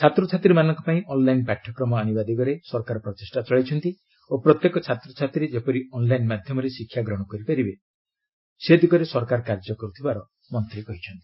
ଛାତ୍ରଛାତ୍ରୀମାନଙ୍କ ପାଇଁ ଅନ୍ଲାଇନ୍ ପାଠ୍ୟକ୍ରମ ଆଶିବା ଦିଗରେ ସରକାର ପ୍ରଚେଷ୍ଟା ଚଳାଇଛନ୍ତି ଓ ପ୍ରତ୍ୟେକ ଛାତ୍ରଛାତ୍ରୀ ଯେପରି ଅନ୍ଲାଇନ୍ ମାଧ୍ୟମରେ ଶିକ୍ଷା ଗ୍ରହଣ କରିପାରିବେ ସେ ଦିଗରେ ସରକାର କାର୍ଯ୍ୟ କର୍ରଥିବାର ମନ୍ତ୍ରୀ କହିଚ୍ଛନ୍ତି